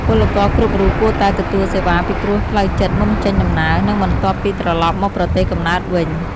ពលករគ្រប់រូបគួរតែទទួលសេវាពិគ្រោះផ្លូវចិត្តមុនចេញដំណើរ និងបន្ទាប់ពីត្រឡប់មកប្រទេសកំណើតវិញ។